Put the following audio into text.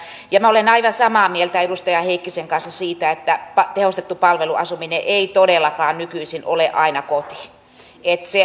minä olen aivan samaa mieltä edustaja heikkisen kanssa siitä että tehostettu palveluasuminen ei todellakaan nykyisin ole aina koti